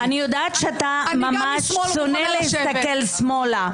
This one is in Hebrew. אני יודעת שאתה ממש שונא להסתכל שמאלה,